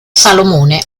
salomone